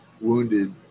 wounded